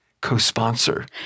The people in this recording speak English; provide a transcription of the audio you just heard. co-sponsor